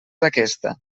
aquesta